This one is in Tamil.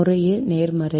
முறையே நேர்மறை